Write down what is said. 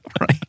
right